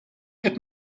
qed